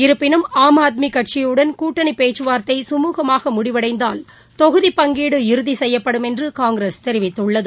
இருப்பினும் ஆம் ஆத்மிகட்சியுடன் கூட்டணிபேச்சுவார்த்தை கமூகமாகமுடிவடைந்தால் தொகுதிப் பங்கீடு இறுதிசெய்யப்படும் என்றுகாங்கிரஸ் தெரிவித்துள்ளது